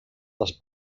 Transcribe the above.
les